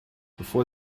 bevor